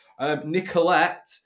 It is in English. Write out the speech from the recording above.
Nicolette